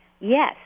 Yes